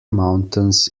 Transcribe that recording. mountains